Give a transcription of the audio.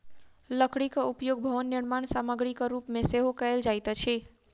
लकड़ीक उपयोग भवन निर्माण सामग्रीक रूप मे सेहो कयल जाइत अछि